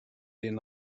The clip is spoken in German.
den